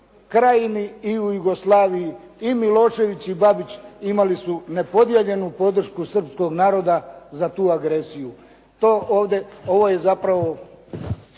Krajini, i u Jugoslaviji, i Milošević i Babić imali su nepodijeljenu podršku srpskog naroda za tu agresiju. To ovdje, ovo je zapravo